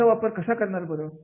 याचा वापर कसा करणार बरं